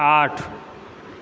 आठ